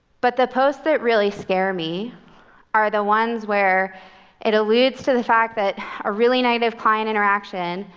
but the posts that really scare me are the ones where it alludes to the fact that a really negative client interaction,